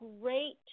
great